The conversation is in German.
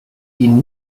ihnen